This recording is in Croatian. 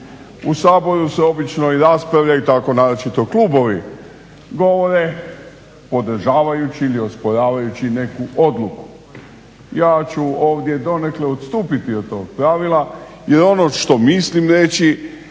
U Saboru se obično i raspravlja, i tako naročito klubovi govore, podržavajući ili osporavajući neku odluku. Ja ću ovdje donekle odstupiti od tog pravila jer ono što mislim reći